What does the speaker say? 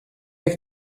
ich